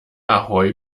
ahoi